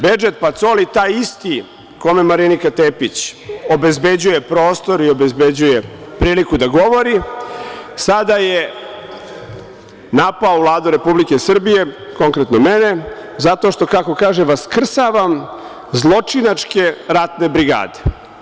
Bedžet Pacoli, taj isti kome Marinika Tepić, obezbeđuje prostor i obezbeđuje priliku da govori, sada je napao Vladu Republike Srbije, konkretno mene, zato što, kako kaže, vaskrsavam zločinačke ratne brigade.